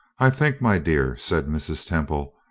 i think, my dear, said mrs. temple,